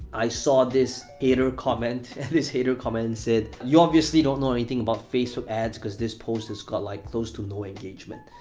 i saw this hater comment, and this hater comment and said, you obviously don't know anything about facebook ads cause this post has got, like, close to no engagement.